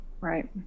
right